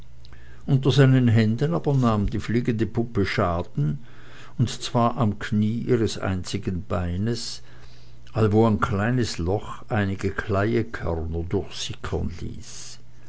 unter seinen händen aber nahm die fliegende puppe schaden und zwar am knie ihres einzigen beines allwo ein kleines loch einige kleiekörner durchsickern ließ